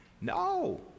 No